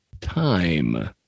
time